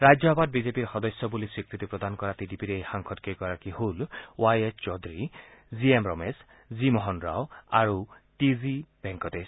ৰাজ্যসভাত বিজেপিৰ সদস্য বুলি স্বীকৃতি প্ৰদান কৰা টি ডি পিৰ এই সাংসদকেইগৰাকী হল Y S Chowdary C M Ramesh G Mohan Rao আৰু টি জি ভেংকটেশ